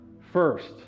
first